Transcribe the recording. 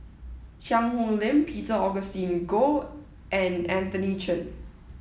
Cheang Hong Lim Peter Augustine Goh and Anthony Chen